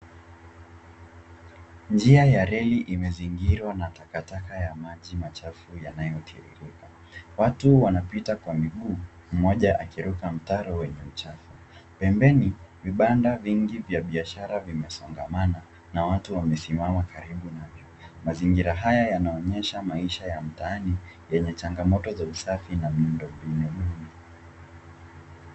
Njia ya reli imezingirwa na takataka ya maji machafu yanayotiririka. Watu wanapita kwa miguu, mmoja akiruka mtaro wenye uchafu. Pembeni, vibanda vingi vya biashara vimesongamana na watu wamesimama karibu nayo. Mazingira haya yanaonyesha maisha ya mtaani yenye changamoto za usafi na miundo mbinu.